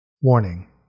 WARNING